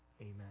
amen